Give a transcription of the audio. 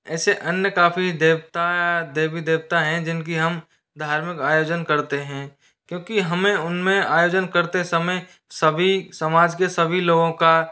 ऐसे अन्य काफ़ी देवता देवी देवता हैं जिनकी हम धार्मिक आयोजन करते हैं क्योंकि हमें उन में आयोजन करते समय सभी समाज के सभी लोगों का